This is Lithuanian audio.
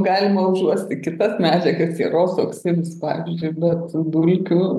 galima užuosti kitas medžiagas sieros oksidus pavyzdžiui bet dulkių